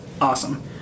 Awesome